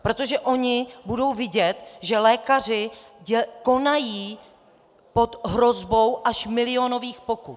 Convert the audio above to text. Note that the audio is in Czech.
Protože oni budou vidět, že lékaři konají pod hrozbou až milionových pokut.